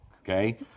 okay